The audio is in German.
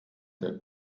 der